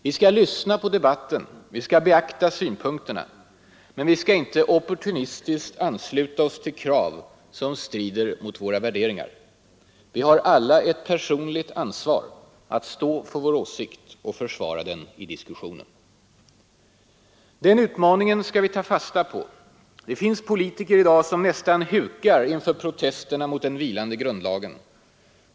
Vi skall lyssna på debatten, vi skall beakta synpunkterna — men vi skall inte opportunistiskt ansluta oss till krav som strider mot våra värderingar. Vi har alla ett personligt ansvar att stå för vår åsikt och försvara den i diskussionen. Den utmaningen skall vi ta fasta på. Det finns politiker i dag som nästan hukar inför protesterna mot den vilande grundlagen.